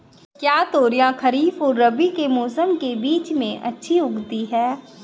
क्या तोरियां खरीफ और रबी के मौसम के बीच में अच्छी उगती हैं?